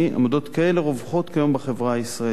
עמדות כאלה רווחות כיום בחברה הישראלית".